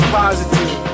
positive